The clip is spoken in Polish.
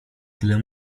tyle